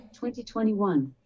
2021